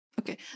okay